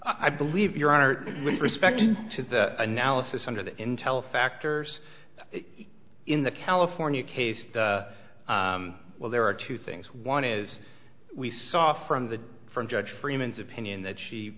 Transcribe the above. i believe your honor with respect to the analysis under the intel factors in the california case well there are two things one is we saw from the from judge freeman's opinion that she